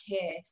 care